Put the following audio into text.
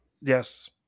Yes